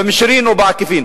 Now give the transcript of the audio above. במישרין או בעקיפין'".